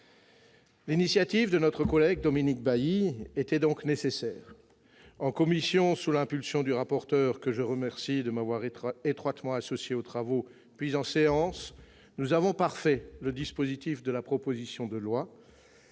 L'initiative de notre collègue Dominique Bailly était donc nécessaire. Sous son impulsion, en commission- je le remercie de m'avoir étroitement associé aux travaux -, puis en séance, nous avons parfait le dispositif de la proposition de loi,